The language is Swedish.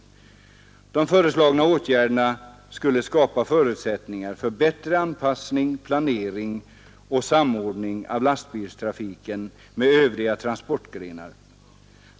De föreslagna åtgärderna skulle skapa förutsättningar för en bättre anpassning, planering och samordning av lastbilstrafiken med övriga transportgrenar.